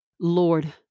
Lord